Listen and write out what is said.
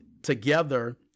Together